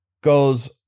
goes